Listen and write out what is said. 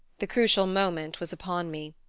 the crucial moment was upon me.